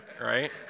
Right